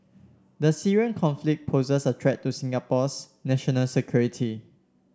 the Syrian conflict poses a threat to Singapore's national security